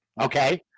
okay